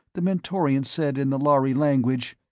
the mentorian said in the lhari language,